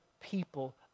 people